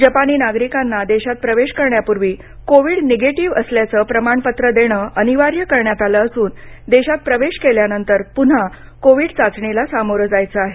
जपानी नागरिकांना देशात प्रवेश करण्यापूर्वी कोविड निगेटिव्ह असल्याचं प्रमाणपत्र देणं अनिवार्य करण्यात आलं असून देशात प्रवेश केल्यानंतर पुन्हा कोविड चाचणीला सामोरं जायचं आहे